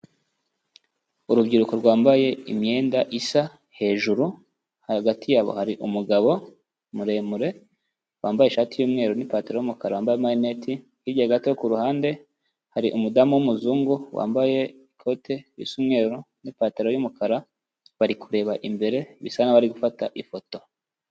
Urubyiruko rwambaye imyenda isa hejuru hagati yabo hari umugabo muremure wambaye ishati y'umweru n'ipantaro y'umukara, wambaye n'amarinete, hirya gato ku ruhande hari umudamu w'umuzungu wambaye ikote risa umweru n'ipantaro y'umukara, bari kureba imbere bisa nkaho bari gufata ifoto.